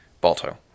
Balto